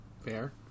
Fair